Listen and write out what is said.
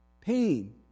pain